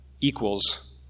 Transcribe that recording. equals